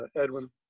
Edwin